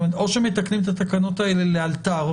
או שמתקנים את התקנות האלה לאלתר,